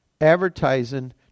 advertising